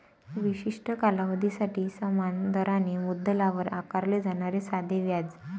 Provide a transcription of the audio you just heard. विशिष्ट कालावधीसाठी समान दराने मुद्दलावर आकारले जाणारे साधे व्याज